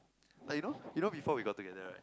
like you know you know before we got together right